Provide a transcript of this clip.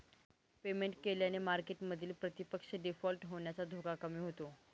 payment केल्याने मार्केटमधील प्रतिपक्ष डिफॉल्ट होण्याचा धोका कमी होतो